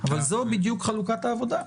אבל זו בדיוק חלוקת העבודה.